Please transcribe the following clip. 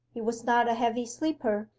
he was not a heavy sleeper,